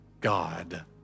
God